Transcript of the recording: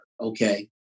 okay